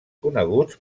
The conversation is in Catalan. coneguts